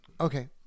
Okay